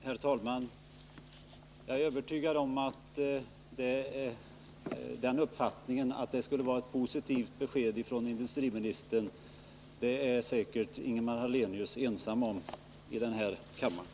Herr talman! Jag är övertygad om att Ingemar Hallenius är ensam i den här kammaren om att ha den uppfattningen att industriministern här skulle ha lämnat några positiva besked.